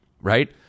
right